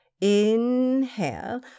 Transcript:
Inhale